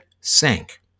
sank